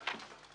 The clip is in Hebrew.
לפועל.